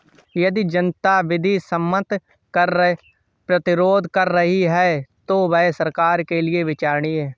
यदि जनता विधि सम्मत कर प्रतिरोध कर रही है तो वह सरकार के लिये विचारणीय है